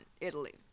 Italy